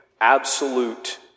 absolute